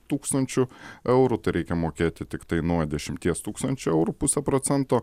tūkstančių eurų reikia mokėti tiktai nuo dešimties tūkstančių eurų pusę procento